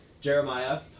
Jeremiah